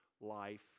life